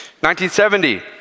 1970